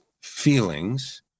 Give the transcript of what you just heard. feelings